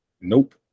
Nope